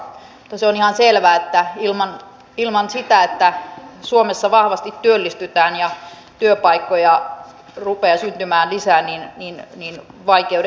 mutta se on ihan selvää että ilman sitä että suomessa vahvasti työllistytään ja työpaikkoja rupeaa syntymään lisää vaikeudet jatkuvat